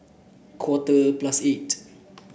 quarter plus eight